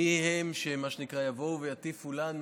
מי הם, מה שנקרא, שיבואו ויטיפו לנו